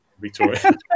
Victoria